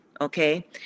okay